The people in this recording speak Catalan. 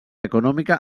econòmica